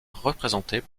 représentées